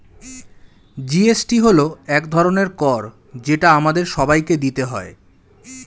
GST হল এক ধরনের কর যেটা আমাদের সবাইকে দিতে হয়